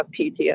PTSD